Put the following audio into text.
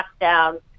lockdown